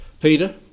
Peter